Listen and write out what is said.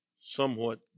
somewhat